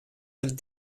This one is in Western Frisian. der